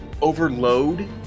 overload